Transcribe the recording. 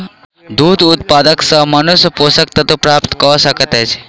दूध उत्पाद सॅ मनुष्य पोषक तत्व प्राप्त कय सकैत अछि